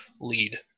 lead